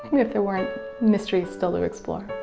if there weren't mysteries still to explore.